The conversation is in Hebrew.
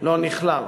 לא נכלל,